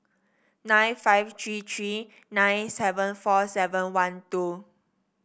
nine five three three nine seven four seven one two